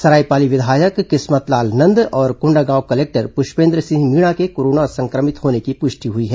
सरायपाली विधायक किस्मतलाल नंद और कोंडागांव कलेक्टर पुष्पेन्द्र सिंह मीणा के कोरोना संक्रमित होने की पुष्टि हुई है